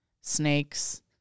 snakes